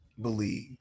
believe